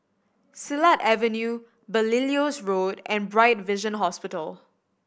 Silat Avenue Belilios Road and Bright Vision Hospital